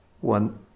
one